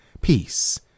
peace